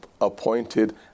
appointed